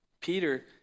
Peter